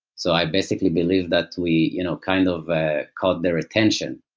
so, i basically believe that we you know kind of caught their attention.